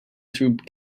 through